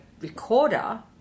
Recorder